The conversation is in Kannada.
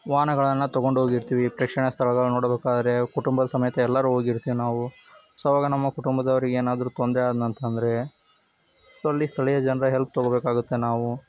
ವಾಹನಗಳನ್ನು ತಗೊಂಡು ಹೋಗಿರ್ತೀವಿ ಪ್ರೇಕ್ಷಣೀಯ ಸ್ಥಳಗಳನ್ನ ನೋಡೋದಕ್ಕೆ ಹೋದ್ರೆ ಕುಟುಂಬದ ಸಮೇತ ಎಲ್ಲರೂ ಹೋಗಿರ್ತೀವಿ ನಾವು ಸೊ ಆವಾಗ ನಮ್ಮ ಕುಟುಂಬದವರಿಗೆ ಏನಾದರೂ ತೊಂದರೆ ಆದ್ನಂತಂದ್ರೆ ಸೊ ಅಲ್ಲಿ ಸ್ಥಳೀಯ ಜನರ ಹೆಲ್ಪ್ ತಗೋ ಬೇಕಾಗುತ್ತೆ ನಾವು